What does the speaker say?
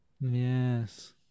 Yes